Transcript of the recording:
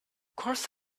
course